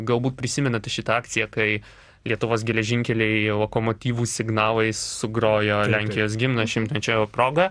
galbūt prisimenate šitą akciją kai lietuvos geležinkeliai lokomotyvų signalais sugrojo lenkijos himną šimtmečio proga